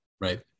Right